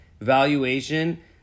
valuation